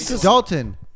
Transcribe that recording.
Dalton